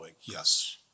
Yes